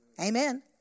Amen